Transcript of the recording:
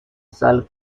sal